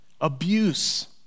abuse